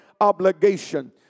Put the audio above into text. obligation